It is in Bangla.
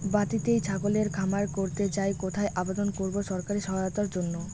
বাতিতেই ছাগলের খামার করতে চাই কোথায় আবেদন করব সরকারি সহায়তার জন্য?